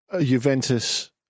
Juventus